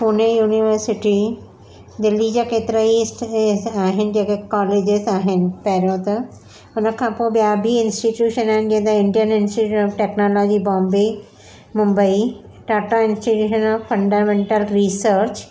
Pune university Delhi जा केतिरा ई इस इस आहिनि जेके कॉलेजिस आहिनि पहिरियों त हुनखा पोइ ॿिया बि इंसटीट्यूशन आहिनि जीअं त Indian institution of technology Bombay Mumbai Tata institution of fundamental research